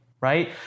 right